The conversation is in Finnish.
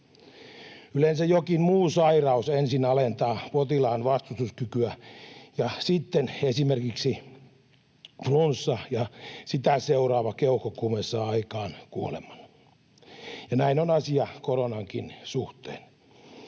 Yleensä jokin muu sairaus ensin alentaa potilaan vastustuskykyä ja sitten esimerkiksi flunssa ja sitä seuraava keuhkokuume saa aikaan kuoleman, ja näin on asia koronankin suhteen.